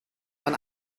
man